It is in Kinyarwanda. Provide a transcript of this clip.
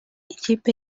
ikipe